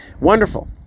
Wonderful